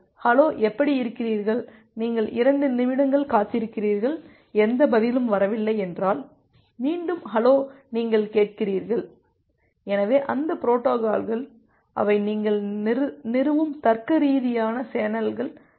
hello எப்படி இருக்கிறீர்கள் நீங்கள் 2 நிமிடங்கள் காத்திருக்கிறீர்கள் எந்த பதிலும் வரவில்லை என்றால் மீண்டும் ஹலோ நீங்கள் கேட்கிறீர்கள் எனவே அந்த பொரோட்டோகால்கள் அவை நீங்கள் நிறுவும் தர்க்கரீதியான சேனல்கள் நிறுவுதல்